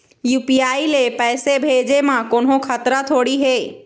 UPI ले पैसे भेजे म कोन्हो खतरा थोड़ी हे?